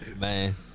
Man